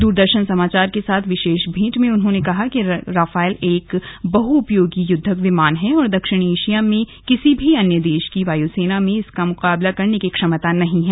द्रदर्शन समाचार के साथ विशेष भेंट में उन्होंने कहा कि रफाल एक बहउपयोगी युद्धक विमान े है और दक्षिण ऐशिया में किसी भी अन्य देश की वायुसेना में इसका मुकाबले करने की क्षमता नहीं है